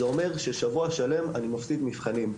זה אומר ששבוע שלם אני מפסיד מבחנים.